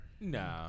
No